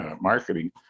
marketing